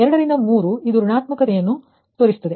ಎರಡರಿಂದ ಮೂರು ಇದು ಋಣಾತ್ಮಕವನ್ನು ತೋರಿಸುತ್ತದೆ